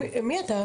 מי אתה?